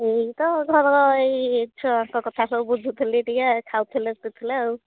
ଏଇ ତ ଘର ଏଇ ଛୁଆଙ୍କ କଥା ସବୁ ବୁଝୁ ଥିଲି ଟିକେ ଖାଉ ଥିଲେ ପିଉ ଥିଲେ